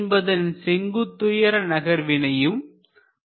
எனவே நாம் செங்குத்து உயரநகர்வு மதிப்பினை மட்டுமே கவனத்தில் எடுத்துக் கொள்கிறோம்